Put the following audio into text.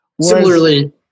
similarly